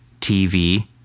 TV